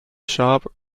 sharp